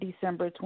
December